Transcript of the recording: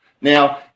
Now